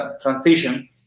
transition